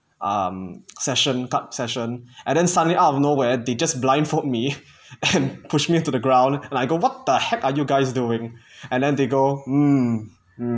um session card session and then suddenly out of nowhere they just blindfold me and pushed me to the ground and I go what the heck are you guys doing and then they go mm mm